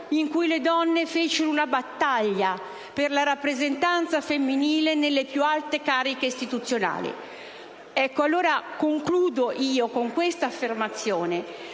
in cui le donne fecero una battaglia per la rappresentanza femminile nelle più alte cariche istituzionali». Ecco, finisco con questa affermazione,